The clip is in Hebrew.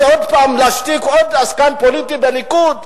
זה עוד פעם להשתיק עוד עסקן פוליטי בליכוד?